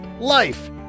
LIFE